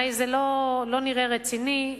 הרי זה לא נראה רציני,